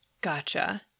Gotcha